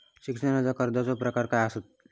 शिक्षणाच्या कर्जाचो प्रकार काय आसत?